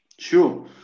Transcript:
Sure